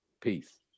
Peace